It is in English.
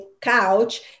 couch